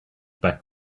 back